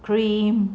cream